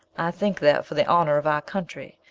i think that, for the honour of our country,